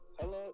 Hello